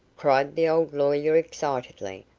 cried the old lawyer excitedly,